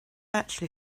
actually